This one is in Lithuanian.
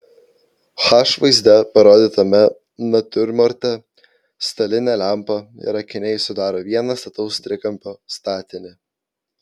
h vaizde parodytame natiurmorte stalinė lempa ir akiniai sudaro vieną stataus trikampio statinį